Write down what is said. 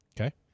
Okay